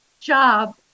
job